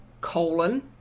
colon